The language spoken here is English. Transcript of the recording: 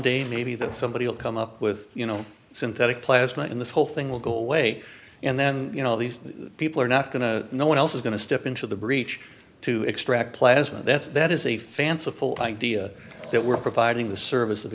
someday maybe that somebody will come up with you know synthetic plasma in this whole thing will go away and then you know these people are not going to know what else is going to step into the breach to extract plasma that's that is a fanciful idea that we're providing the service of